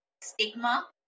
stigma